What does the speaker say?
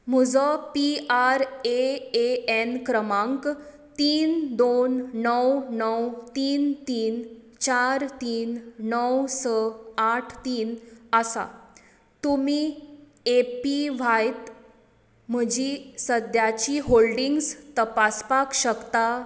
म्हजो P R A A N क्रमांक तीन दोन णव णव तीन तीन चार तीन णव स आठ तीन आसा तुमी ए पी व्हायत म्हजी सद्याची होल्डिंग्स तपासपाक शकता